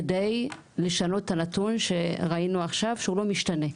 כדי לשנות את הנתון שראינו עכשיו, שהוא לא משתנה.